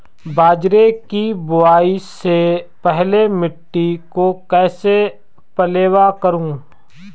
बाजरे की बुआई से पहले मिट्टी को कैसे पलेवा करूं?